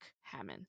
Hammond